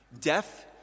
Deaf